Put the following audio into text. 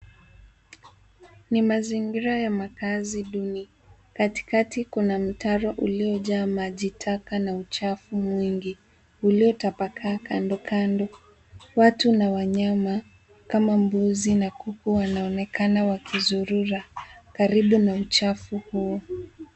Ni mazingira ya makazi duni. Katikati kuna mtaro uliojaa maji taka na uchafu mwingi uliotapakaa kando kando. Watu na wanyama kama mbuzi na kondoo wanaonekana wakizurura karibu na uchafu huo.